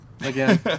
again